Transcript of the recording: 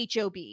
hob